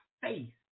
Faith